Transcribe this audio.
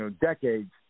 decades